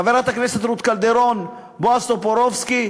חברת הכנסת רות קלדרון, בועז טופורובסקי,